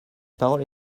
parole